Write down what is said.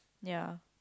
ya